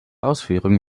ausführung